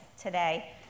today